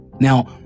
Now